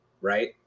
right